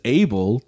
able